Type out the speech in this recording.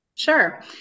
Sure